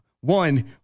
one